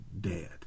dead